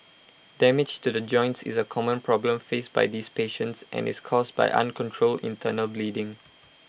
damage to the joints is A common problem faced by these patients and is caused by uncontrolled internal bleeding